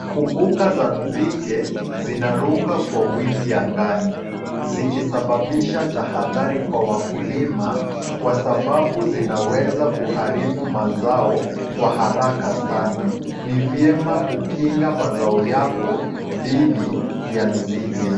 Kumbuka za nzige zinaruka kwa wingi angani, zikisababisha tahadhari kwa wakulima, kwa sababu zinaweza kuharibu mazao, kwa haraka sana. Ni vyema kukinga mazao yako, dhidi ya nzige.